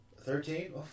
Thirteen